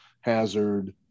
hazard